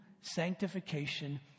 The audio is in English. sanctification